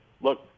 look